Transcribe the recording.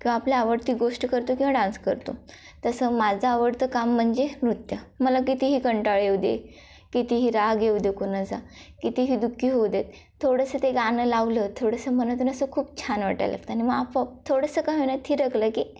का आपला आवडती गोष्ट करतो किंवा डान्स करतो तसं माझं आवडतं काम म्हणजे नृत्य मला कितीही कंटाळ येऊ दे कितीही राग येऊ दे कोणाचा कितीही दु खी होऊ दे थोडंसं ते गाणं लावलं थोडंसं मनातून असं खूप छान वाटायला लागतं आणि मग आपोआप थोडंसं काय होईना थिरकलं की